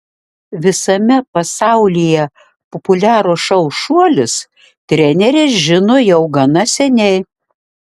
visame pasaulyje populiarų šou šuolis trenerė žino jau gana seniai